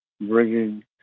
bringing